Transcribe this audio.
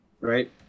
right